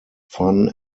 fun